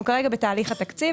אנחנו נמצאים כרגע בתהליך התקציב,